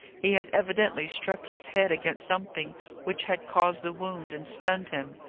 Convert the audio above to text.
he had evidently struck his head against something which had caused the wound, and stunned him.